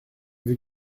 veux